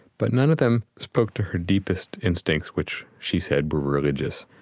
but none of them spoke to her deepest instincts, which she said were religious.